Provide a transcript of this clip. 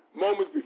moments